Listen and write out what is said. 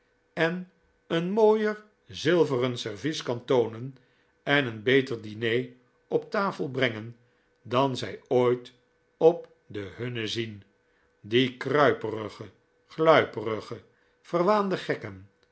en een mooier zilveren servies kan toonen en een beter diner op tafel brengen dan zij ooit op de hunne zien die kruiperige gluiperige verwaande gekken